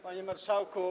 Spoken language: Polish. Panie Marszałku!